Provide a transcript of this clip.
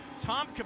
tom